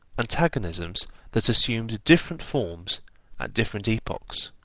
antagonisms that assumed different forms at different epochs.